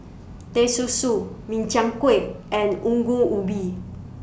Teh Susu Min Chiang Kueh and Ongol Ubi